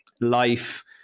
life